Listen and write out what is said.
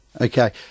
Okay